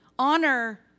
Honor